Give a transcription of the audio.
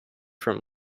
from